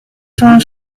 vingt